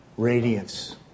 Radiance